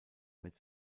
mit